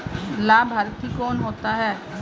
लाभार्थी कौन होता है?